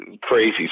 crazy